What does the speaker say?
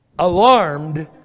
Alarmed